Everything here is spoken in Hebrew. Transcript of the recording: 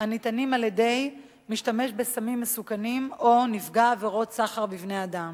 הניתנים על-ידי משתמש בסמים מסוכנים או נפגע עבירת סחר בבני-אדם.